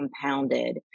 compounded